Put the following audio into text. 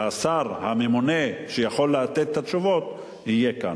שהשר הממונה, שיכול לתת את התשובות, יהיה כאן.